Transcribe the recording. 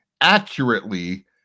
accurately